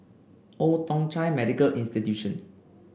Old Thong Chai Medical Institution